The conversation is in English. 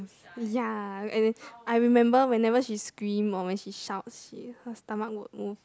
ya as in I remember whenever she scream or she shouts her stomach will move